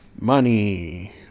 money